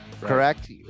Correct